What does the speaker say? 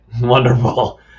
wonderful